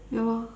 ya lor